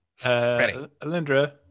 Alindra